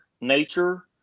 nature